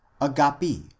agapi